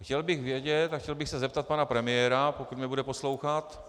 Chtěl bych vědět a chtěl bych se zeptat pana premiéra, pokud mě bude poslouchat...